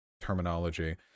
terminology